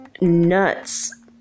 nuts